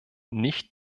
nicht